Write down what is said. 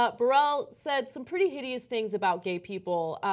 ah barela said some pretty hideous things about gay people.